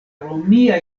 romia